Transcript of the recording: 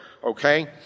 okay